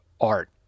art